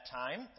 time